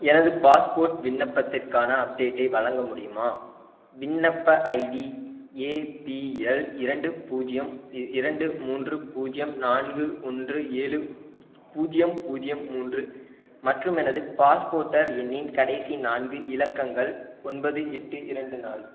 எனது பாஸ்போர்ட் விண்ணப்பத்திற்கான அப்டேட்டை வழங்க முடியுமா விண்ணப்ப ஐடி ஏபிஎல் இரண்டு பூஜ்ஜியம் இரண்டு மூன்று பூஜ்ஜியம் நான்கு ஒன்று ஏழு பூஜ்ஜியம் பூஜ்ஜியம் மூன்று மற்றும் எனது பாஸ்போட்டர் எண்ணின் கடைசி நான்கு இலக்கங்கள் ஒன்பது எட்டு இரண்டு நாலு